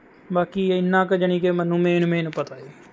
ਬਾਕੀ ਇੰਨਾ ਕੁ ਜਾਣੀ ਕਿ ਮੈਨੂੰ ਮੇਨ ਮੇਨ ਪਤਾ ਹੈ